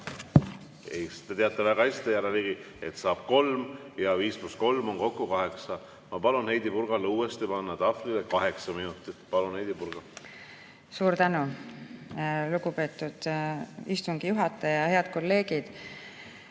Ei. Te teate väga hästi, härra Ligi, et saab kolm ja viis pluss kolm on kokku kaheksa. Palun Heidy Purgale uuesti panna tahvlile kaheksa minutit. Palun, Heidy Purga! Suur tänu, lugupeetud istungi juhataja! Head kolleegid!